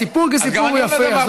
הסיפור כסיפור הוא יפה.